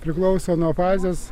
priklauso nuo fazės